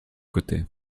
côtés